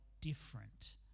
different